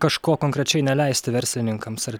kažko konkrečiai neleisti verslininkams ar